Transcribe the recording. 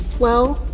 well.